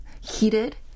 heated